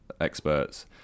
experts